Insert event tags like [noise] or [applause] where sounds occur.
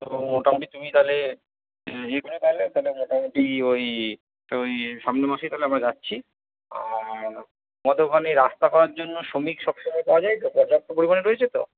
ও মোটামুটি তুমি তাহলে [unintelligible] মোটামুটি ওই ওই সামনের মাসেই থালে আমরা যাচ্ছি আর তোমাদের ওখানে রাস্তা করার জন্য শ্রমিক সবসময় পাওয়া যায় তো পর্যাপ্ত পরিমাণে রয়েছে তো